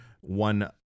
one